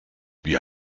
wie